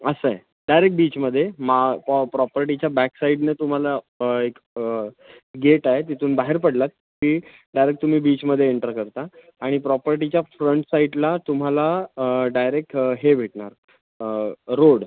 असं आहे डायरेक बीचमध्ये मा पॉ प्रॉपर्टीच्या बॅकसाईडने तुम्हाला एक गेट आहे तिथून बाहेर पडलात की डायरेक तुम्ही बीचमध्ये एन्टर करता आणि प्रॉपर्टीच्या फ्रंट साईटला तुम्हाला डायरेक हे भेटणार रोड